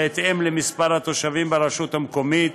בהתאם למספר התושבים ברשות המקומית,